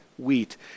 Wheat